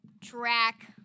track